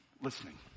listening